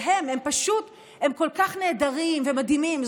הם פשוט כל כך נהדרים ומדהימים,